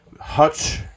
Hutch